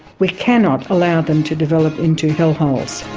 we cannot allow them to develop into hellholes.